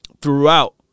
throughout